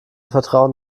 vertrauen